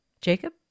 Jacob